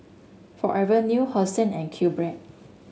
Forever New Hosen and Q Bread